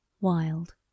Wild